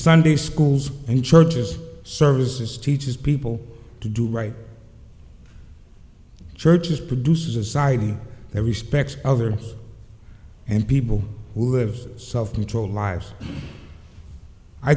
sunday schools and churches services teaches people to do right churches produces a society that respects others and people who have self control lives i